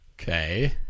Okay